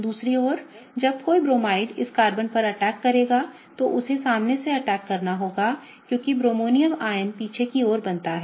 दूसरी ओर जब कोई ब्रोमाइड इस कार्बन पर अटैक करेगा तो उसे सामने से अटैक करना होगा क्योंकि ब्रोमोनियम आयन पीछे की ओर बनता है